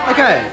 Okay